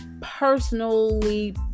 personally